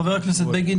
חבר הכנסת בגין,